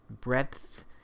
breadth